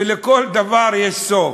ולכל דבר יש סוף.